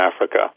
Africa